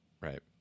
right